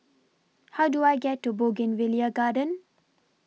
How Do I get to Bougainvillea Garden